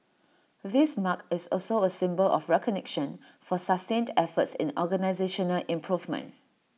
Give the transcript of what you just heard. this mark is also A symbol of recognition for sustained efforts in organisational improvement